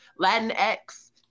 Latinx